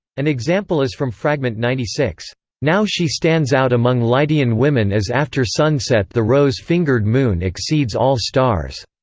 an example is from fragment ninety six now she stands out among lydian women as after sunset the rose-fingered moon exceeds all stars,